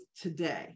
today